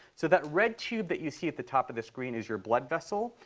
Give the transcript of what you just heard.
so that red tube that you see at the top of the screen is your blood vessel,